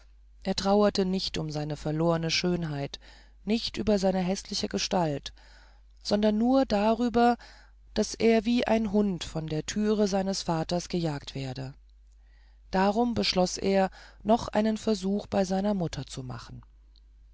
er trauerte nicht um seine verlorne schönheit nicht über diese häßliche gestalt sondern nur darüber daß er wie ein hund von der türe seines vaters gejagt werde darum beschloß er noch einen versuch bei seiner mutter zu machen